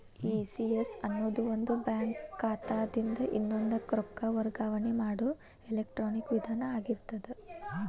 ECS ಅನ್ನೊದು ಒಂದ bank ಖಾತಾದಿನ್ದ ಇನ್ನೊಂದಕ್ಕ ರೊಕ್ಕ ವರ್ಗಾವಣೆ ಮಾಡೊ ಎಲೆಕ್ಟ್ರಾನಿಕ್ ವಿಧಾನ ಆಗಿರ್ತದ